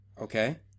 Okay